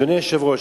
אדוני היושב-ראש,